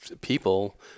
people